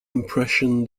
impression